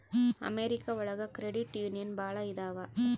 America ಒಳಗ credit union ಭಾಳ ಇದಾವ